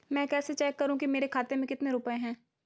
मैं कैसे चेक करूं कि मेरे खाते में कितने रुपए हैं?